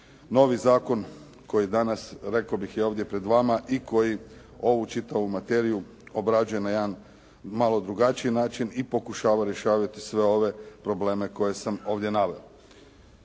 novi zakon koji danas, rekao bih i ovdje pred vama i koji ovu čitavu materiju obrađuje na jedan malo drugačiji način i pokušava rješavati sve ove probleme koje sam ovdje naveo.